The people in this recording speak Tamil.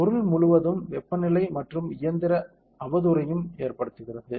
பொருள் முழுவதும் வெப்பநிலை மற்றும் இயந்திர அவதூறையும் ஏற்படுத்துகிறது